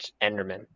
Enderman